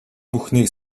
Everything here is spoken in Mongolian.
бүхнийг